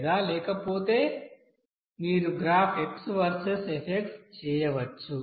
లేదా లేకపోతే మీరు గ్రాఫ్ x వర్సెస్ f చేయవచ్చు